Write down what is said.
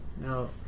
No